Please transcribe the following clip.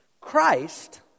Christ